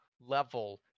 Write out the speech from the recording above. level